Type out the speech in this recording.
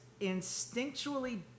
instinctually